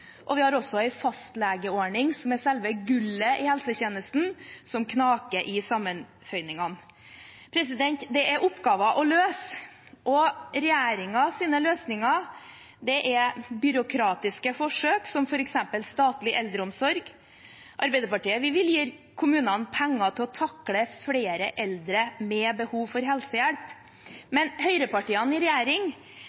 annen. Vi har også en fastlegeordning, som er selve gullet i helsetjenesten, som knaker i sammenføyningene. Det er oppgaver å løse, og regjeringens løsninger er byråkratiske forsøk, som f.eks. statlig eldreomsorg. Vi i Arbeiderpartiet vil gi kommunene penger til å takle flere eldre med behov for helsehjelp,